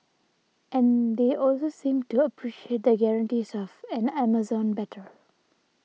and they also seemed to appreciate the guarantees of an Amazon better